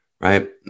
Right